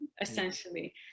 essentially